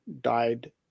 died